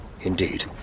Indeed